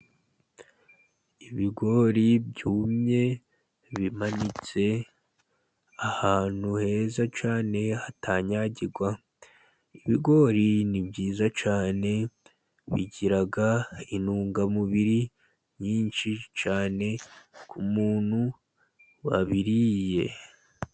Ibigori byumye bimanitse ahantu heza cyane hatanyagirwa. Ibigori ni byiza cyane bigira intungamubiri nyinshi cyane ku muntu wabiriye.